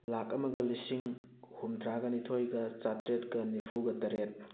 ꯂꯥꯛ ꯑꯃꯒ ꯂꯤꯁꯤꯡ ꯍꯨꯝꯗ꯭ꯔꯥꯒ ꯅꯤꯊꯣꯏꯒ ꯆꯥꯇ꯭ꯔꯦꯠꯀ ꯅꯤꯐꯨꯒ ꯇꯔꯦꯠ